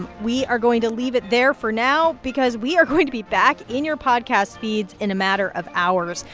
we are going to leave it there for now because we are going to be back in your podcast feeds in a matter of hours.